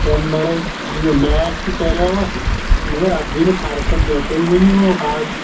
تمہِ ورٲے یہِ میک تہِ کَریو اَتھ مگر اَتھ گٔے نہٕ فرقہ کیٚنٛہہ تُہۍ ؤنِو وۄنۍ آز